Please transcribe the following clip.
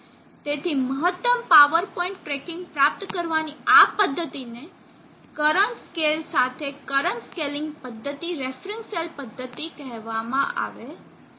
તેથી મહત્તમ power point tracking પ્રાપ્ત કરવાની આ પદ્ધતિને કરંટ સ્કેલ સાથે કરંટ સ્કેલિંગ પદ્ધતિ રેફરન્સ સેલ પદ્ધતિ કહેવામાં આવે છે